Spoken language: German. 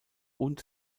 und